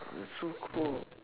ah it's so cold